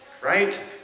right